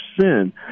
sin